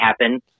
happen